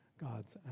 God's